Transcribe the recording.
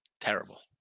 terrible